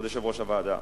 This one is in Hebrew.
כבוד יושב-ראש הוועדה,